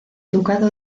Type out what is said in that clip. ducado